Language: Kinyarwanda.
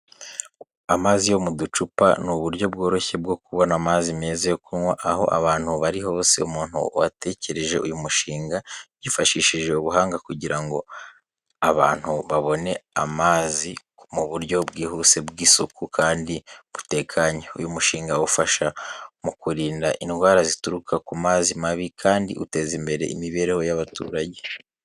Amazi yo mu ducupa ni uburyo bworoshye bwo kubona amazi meza yo kunywa aho abantu bari hose. Umuntu watekereje uyu mushinga yifashishije ubuhanga kugira ngo abantu babone amazi mu buryo bwihuse, bw’isuku kandi butekanye. Uyu mushinga ufasha mu kurinda indwara zituruka ku mazi mabi kandi utezimbere imibereho y’abaturage.